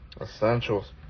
essentials